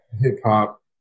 Hip-hop